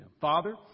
Father